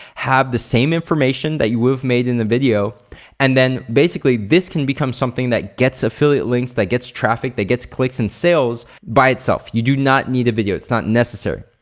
have the same information that you would've made in the video and then basically, this can become something that gets affiliate links, that gets traffic, that gets clicks and sales by itself. you do not need a video, it's not necessary.